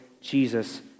Jesus